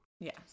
Yes